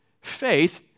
Faith